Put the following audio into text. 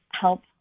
Help